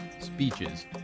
speeches